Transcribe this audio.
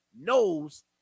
knows